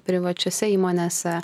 privačiose įmonėse